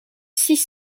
six